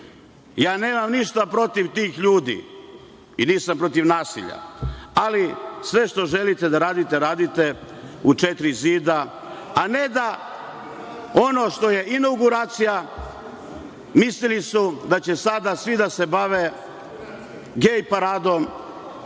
Nemam ništa protiv tih ljudi i nisam protiv nasilja, ali sve što želite da radite, radite u četiri zida, a ne da ono što je inauguracija, mislili su da će sada svi da se bave gej paradom